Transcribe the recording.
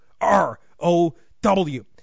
R-O-W